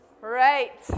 Right